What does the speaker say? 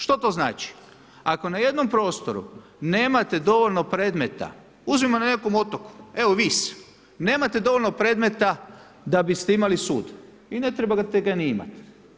Što to znači, ako na jednom prostoru nemate dovoljno predmeta uzmimo na nekakvom otoku, evo Vis, nemate dovoljno predmeta da biste imali sud i ne trebate ga ni imati.